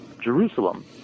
Jerusalem